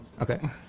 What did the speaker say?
Okay